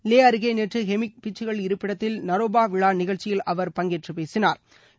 லே அருகே நேற்று ஹெமிஸ் பிச்சுக்கள் இருப்பிடத்தில் நரோபா விழா நிகழ்ச்சியில் அவர் பங்கேற்று பேசினாள்